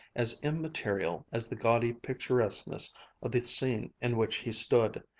as immaterial as the gaudy picturesqueness of the scene in which he stood.